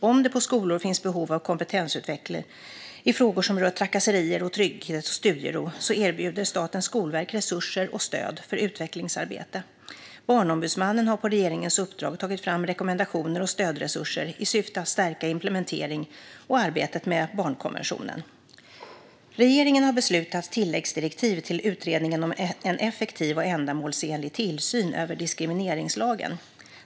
Om det på skolor finns behov av kompetensutveckling i frågor som rör trakasserier och trygghet och studiero erbjuder Statens skolverk resurser och stöd för utvecklingsarbete. Barnombudsmannen har på regeringens uppdrag tagit fram rekommendationer och stödresurser i syfte att stärka implementeringen av och arbetet med barnkonventionen. Regeringen har beslutat tilläggsdirektiv till Utredningen om en effektiv och ändamålsenlig tillsyn över diskrimineringslagen.